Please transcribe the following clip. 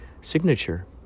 signature